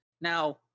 Now